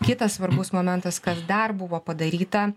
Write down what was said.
kitas svarbus momentas kas dar buvo padaryta